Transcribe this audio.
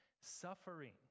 suffering